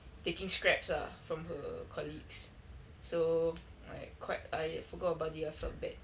taking scraps ah from her colleagues so like quite I forgot about dia for a bit